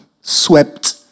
swept